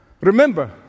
Remember